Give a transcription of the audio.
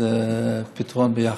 נחפש איזה פתרון ביחד.